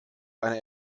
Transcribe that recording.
eine